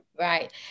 Right